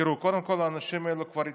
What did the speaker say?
תראו, קודם כול האנשים האלה כבר התנדבו.